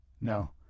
No